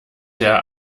der